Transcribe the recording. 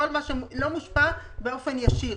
כל מה שלא מושפע באופן ישיר,